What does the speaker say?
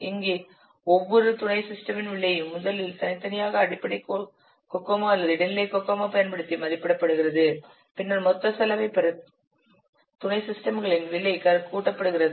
இங்கே ஒவ்வொரு துணை சிஸ்டமின் விலையும் முதலில் தனித்தனியாக அடிப்படை கோகோமோ அல்லது இடைநிலை கோகோமோ பயன்படுத்தி மதிப்பிடப்படுகிறது பின்னர் மொத்த செலவைப் பெற துணை சிஸ்டம்ஸ்களின் விலை கூட்டப்படுகிறது